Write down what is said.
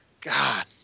God